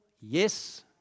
yes